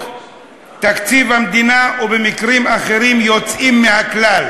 תקציב המדינה או במקרים אחרים יוצאים מהכלל.